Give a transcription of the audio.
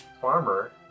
farmer